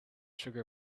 sugar